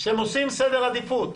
כשאתם עושים סדר עדיפות,